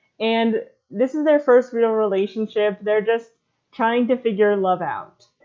and this is their first real relationship. they're just trying to figure love out.